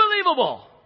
unbelievable